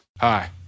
Hi